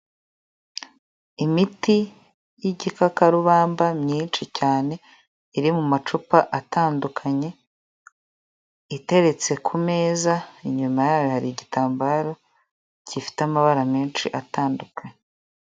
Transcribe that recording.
Imiti y'igikakarubamba myinshi cyane iri mu macupa atandukanye, iteretse ku meza inyuma yayo hari igitambaro gifite amabara menshi atandukanye.